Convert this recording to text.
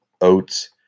oats